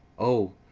o,